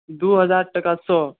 दू हजार टाका सए